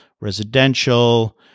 residential